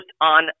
on